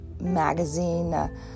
magazine